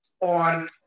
on